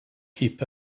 keep